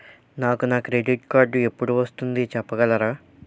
నాకు నా credit card ఎపుడు వస్తుంది చెప్పగలరా?